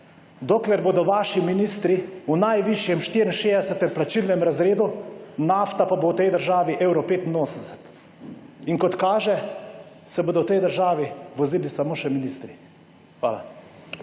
Dokler bodo vaši ministri v najvišjem 64. plačilnem razredu, nafta pa bo v tej državi evro 85. in kot kaže se bodo v tej državi vozili samo še ministri. Hvala.